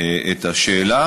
את השאלה,